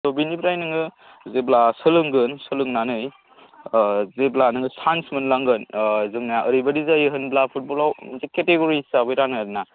बेनिफ्राय नोङो जेब्ला सोलोंगोन सोलोंनानै जेब्ला नों चान्स मोनलांगोन जोंना ओरैबादि जायो होनब्ला फुटबलाव मोनसे केटेग'रि हिसाबै रानो आरो ना